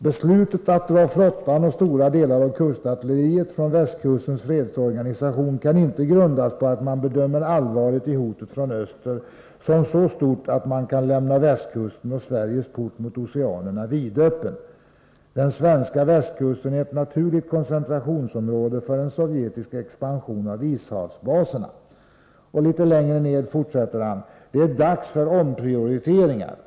Beslutet att dra flottan och stora delar av kustartilleriet från västkustens fredstidsorganisation kan inte grundas på att man bedömer allvaret i hotet från öster som så stort att man kan lämna västkusten och Sveriges port mot oceanerna vidöppen. Den svenska västkusten är ett naturligt koncentrationsområde för en sovjetisk expansion av ishavsbaserna.” Litet längre fram fortsätter han: ”Det är dags för omprioriteringar!